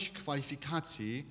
kwalifikacji